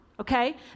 Okay